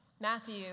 Matthew